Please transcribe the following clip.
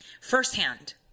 firsthand